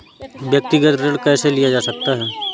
व्यक्तिगत ऋण कैसे लिया जा सकता है?